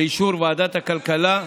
באישור ועדת הכלכלה,